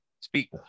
Speak